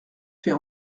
fait